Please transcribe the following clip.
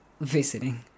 visiting